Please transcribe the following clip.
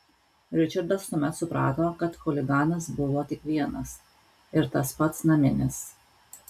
ričardas tuomet suprato kad chuliganas buvo tik vienas ir tas pats naminis